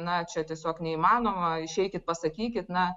na čia tiesiog neįmanoma išeikit pasakykit na